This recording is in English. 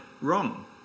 wrong